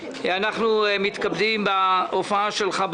אנחנו מתכבדים בהופעה שלך.